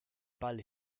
ball